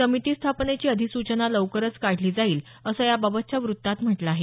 समिती स्थापनेची अधिसूचना लवकरच काढली जाईल असं याबाबतच्या वृत्तात म्हटलं आहे